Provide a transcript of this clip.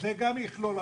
זה גם יכלול,